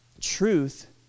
Truth